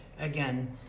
again